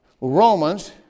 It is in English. Romans